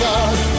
God